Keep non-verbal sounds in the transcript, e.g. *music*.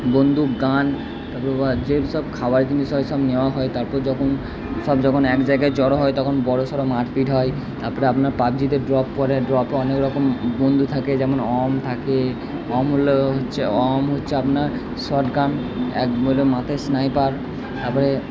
বন্দুক গান *unintelligible* যে সব খাবার জিনিস হয় *unintelligible* নেওয়া হয় তারপর যখন সব যখন এক জায়গায় জড়ো হয় তখন বড়ো সড়ো মারপিট হয় তারপরে আপনার পাবজিতে ড্রপ পরে ড্রপ অনেক রকম বন্ধু থাকে যেমন অন থাকে *unintelligible* হচ্ছে অম হচ্ছে আপনার শট গান *unintelligible* মাথার স্নাইপার তারপরে